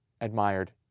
admired